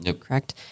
correct